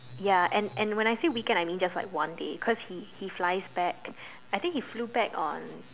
ya and and when I say weekend I mean like just one day cause he he flies back I think he flew back on